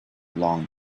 long